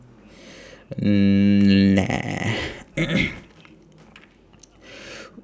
mm nah